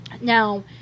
Now